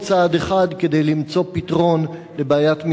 צעד אחד כדי למצוא פתרון לבעיית מגרון.